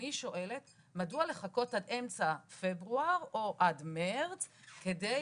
אני שואלת מדוע לחכות עד אמצע פברואר או עד מרץ כדי